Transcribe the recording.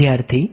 વિદ્યાર્થી